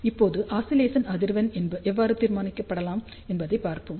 இப்போது ஆஸிலேசன் அதிர்வெண் எவ்வாறு தீர்மானிக்கப்படலாம் என்பதைப் பார்ப்போம்